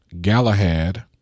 Galahad